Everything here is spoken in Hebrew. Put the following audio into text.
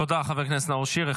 תודה, חבר הכנסת נאור שירי.